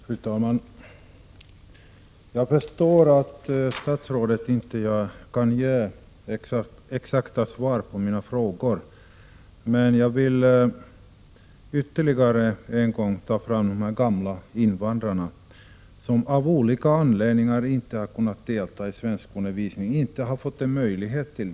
Fru talman! Jag förstår att statsrådet inte kan ge exakta svar på mina frågor, men jag vill ytterligare en gång ta fram de gamla invandrarna som av olika anledningar inte har fått någon möjlighet att delta i svenskundervisning.